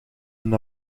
een